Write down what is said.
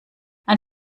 ein